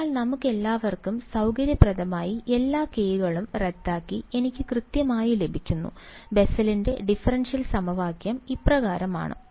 അതിനാൽ നമുക്കെല്ലാവർക്കും സൌകര്യപ്രദമായി എല്ലാ k കളും റദ്ദാക്കി എനിക്ക് കൃത്യമായി ലഭിക്കുന്നു ബെസലിന്റെ ഡിഫറൻഷ്യൽ Bessel's differential സമവാക്യം ഇപ്രകാരമാണ്